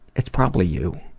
it's probably you.